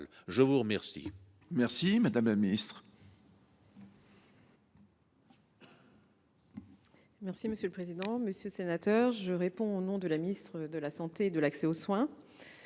Je vous remercie,